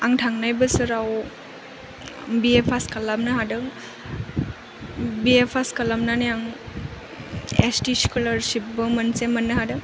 आं थांनाय बोसोराव बि ए पास खालामनो हादों बि ए पास खालामनानै आं एस टि स्कलारसिपबो मोनसे मोननो हादों